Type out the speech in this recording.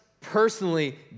personally